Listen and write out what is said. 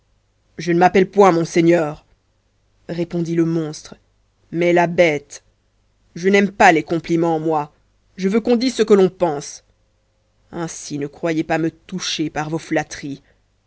je ne m'appelle point monseigneur répondit le monstre mais la bête je n'aime point les complimens moi je veux qu'on dise ce que l'on pense ainsi ne croyez pas me toucher par vos flatteries